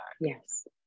Yes